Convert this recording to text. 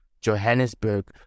Johannesburg